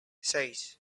seis